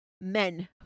men